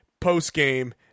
post-game